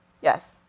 Yes